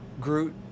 Groot